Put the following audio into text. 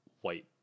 white